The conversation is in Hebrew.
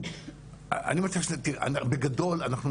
בגדול, אנחנו